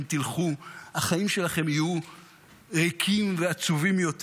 אם תלכו החיים שלכם יהיו ריקים ועצובים יותר,